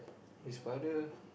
this father